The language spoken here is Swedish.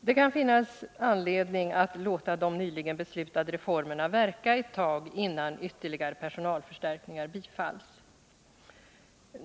Det kan finnas anledning att låta de nyligen beslutade reformerna verka ett tag innan ytterligare personalförstärkningar bifalls.